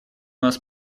нас